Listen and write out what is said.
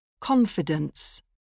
Confidence